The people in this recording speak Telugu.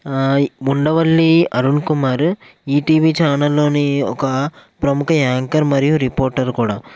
ముండవల్లి అరుణ్కుమారు ఈటీవి ఛానల్లోని ఒక ప్రముఖ యాంకర్ మరియు రిపోర్టరు కూడా